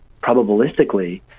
probabilistically